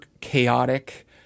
chaotic